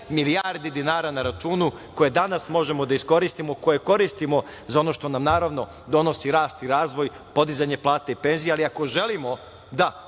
milijardi dinara na računu koje danas možemo da iskoristimo, koje koristimo za ono što nam donosi rast i razvoj, podizanje plata i penzija, ali ako želimo, da,